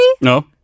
No